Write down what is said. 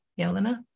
Yelena